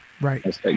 Right